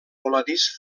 voladís